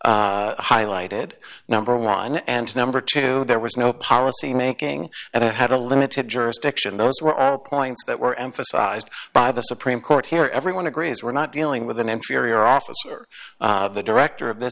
court highlighted number one and number two there was no policy making and it had a limited jurisdiction those were all points that were emphasized by the supreme court here everyone agrees we're not dealing with an inferior officer the director of th